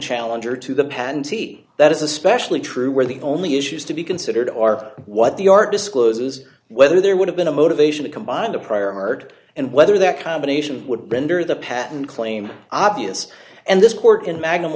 challenger to the patentee that is especially true where the only issues to be considered are what the art discloses whether there would have been a motivation to combine the prior art and whether that combination would render the patent claim obvious and this court in magnum